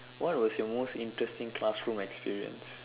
what was your most interesting classroom experience